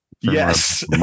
Yes